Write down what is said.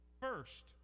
First